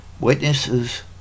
Witnesses